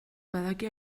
badaki